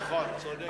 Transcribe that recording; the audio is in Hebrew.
נכון, צודק.